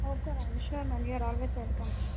okay ma'am sure ma'am your always welcome madam